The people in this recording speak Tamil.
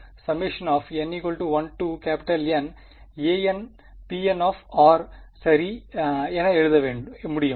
n n1Nanpn சரி என எழுத முடியும்